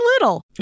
little